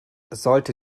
sollte